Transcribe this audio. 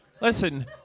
listen